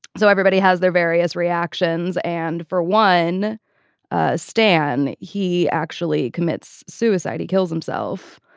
so everybody has their various reactions. and for one ah stand he actually commits suicide he kills himself.